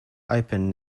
open